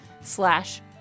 slash